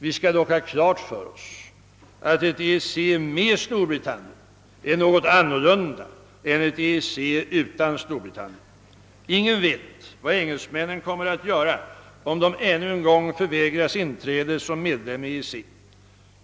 Vi skall dock ha klart för oss att ett EEC med Storbritannien är något annorlunda än ett EEC utan Storbritannien. Ingen vet vad engelsmännen kommer att göra om de ännu en gång förvägras inträde som medlem i EEC.